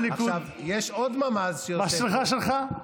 יש עוד ממ"ז שיושב פה.